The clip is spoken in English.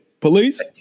police